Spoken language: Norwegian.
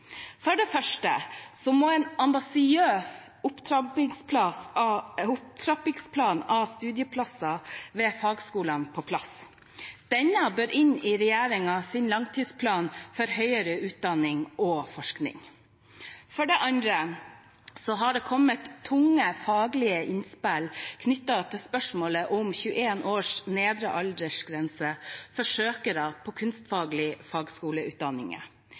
For det første må en ambisiøs opptrappingsplan for studieplasser ved fagskolene på plass. Denne bør legges inn i regjeringens langtidsplan for høyere utdanning og forskning. For det andre har det kommet tunge faglige innspill knyttet til spørsmålet om 21 års nedre aldersgrense for søkere til kunstfaglige fagskoleutdanninger.